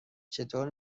چطور